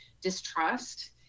distrust